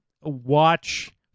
watch